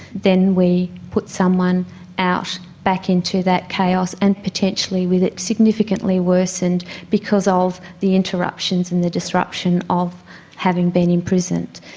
then we put someone out back into that chaos and potentially with it significantly worsened because of the interruptions and the disruption of having been imprisoned.